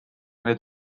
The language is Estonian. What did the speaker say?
neid